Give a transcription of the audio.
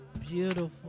Beautiful